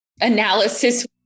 analysis